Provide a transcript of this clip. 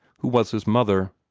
who was his mother.